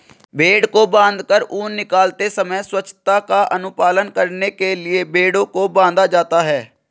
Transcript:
भेंड़ को बाँधकर ऊन निकालते समय स्वच्छता का अनुपालन करने के लिए भेंड़ों को बाँधा जाता है